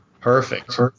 Perfect